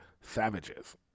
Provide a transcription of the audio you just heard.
savages